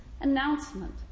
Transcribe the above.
announcement